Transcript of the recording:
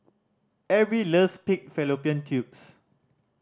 Erby loves pig fallopian tubes